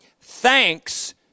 Thanks